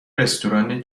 رستوران